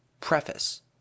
Preface